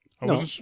No